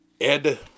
Ed